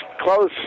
close